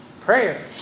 Prayer